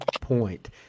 point